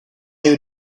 new